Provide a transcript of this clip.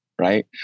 right